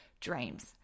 dreams